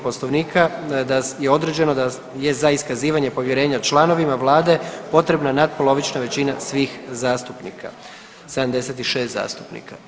Poslovnika da je određeno da je za iskazivanje povjerenja članovima Vlade potrebna natpolovična većina svih zastupnika 76 zastupnika.